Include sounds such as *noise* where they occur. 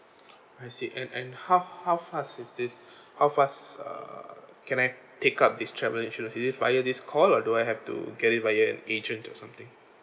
*noise* I see and and how how fast is this *breath* how fast uh can I take up this travel insurance is it via this call or do I have to get it via an agent or something